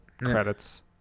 credits